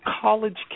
college